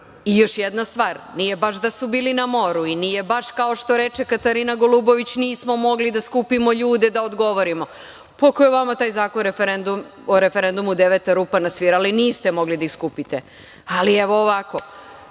jedna stvar, nije baš da su bili na moru i nije baš kao što reče Katarina Golubović nismo mogli da skupimo ljude da odgovorimo. Ako je vama taj Zakon o referendumu deveta rupa na svirali, niste mogli da ih skupite. Evo, ovako,